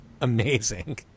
amazing